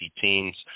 teams